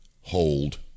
hold